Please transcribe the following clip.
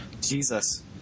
Jesus